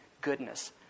goodness